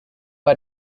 for